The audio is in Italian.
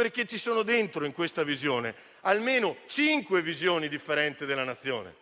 essa ci sono dentro almeno cinque visioni differenti della Nazione.